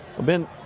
Ben